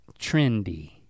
trendy